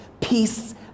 peace